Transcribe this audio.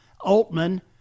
Altman